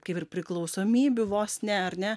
kaip ir priklausomybių vos ne ar ne